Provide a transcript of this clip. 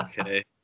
okay